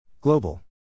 Global